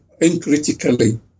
uncritically